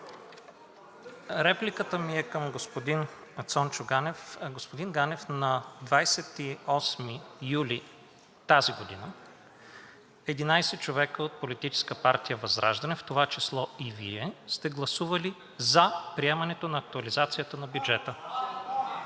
Репликата ми е към господин Цончо Ганев. Господин Ганев, на 28 юли тази година 11 човека от Политическа партия ВЪЗРАЖДАНЕ, в това число и Вие, сте гласували за приемането на актуализацията на бюджета.